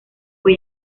fue